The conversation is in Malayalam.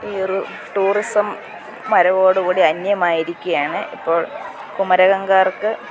ഈ ഒരു ടൂറിസം വരവോടു കൂടി അന്യമായിരിക്കുകയാണ് ഇപ്പോൾ കുമരകംകാർക്ക്